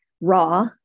raw